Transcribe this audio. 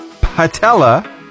patella